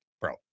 Bro